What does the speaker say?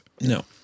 No